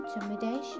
intimidation